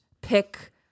pick